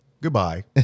Goodbye